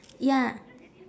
ya